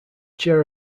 chair